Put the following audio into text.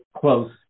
close